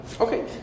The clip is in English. Okay